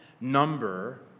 number